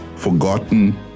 Forgotten